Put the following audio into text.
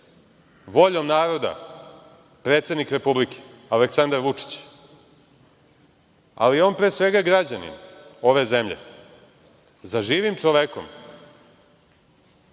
voljom naroda predsednik republike, Aleksandar Vučić. Ali, on je pre svega građanin ove zemlje. Za živim čovekom